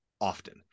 often